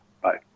Bye